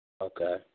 Okay